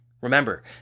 Remember